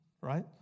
right